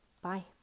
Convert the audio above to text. Bye